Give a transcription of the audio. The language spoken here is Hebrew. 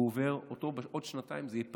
ועוד שנתיים זה יהיה פעיל.